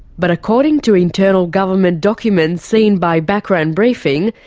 but according to internal government documents seen by background briefing,